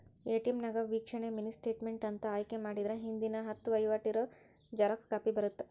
ATM ನ್ಯಾಗ ವೇಕ್ಷಣೆ mini statement ಅಂತ ಆಯ್ಕೆ ಮಾಡಿದ್ರ ಹಿಂದಿನ ಹತ್ತ ವಹಿವಾಟ್ ಇರೋ ಜೆರಾಕ್ಸ್ ಕಾಪಿ ಬರತ್ತಾ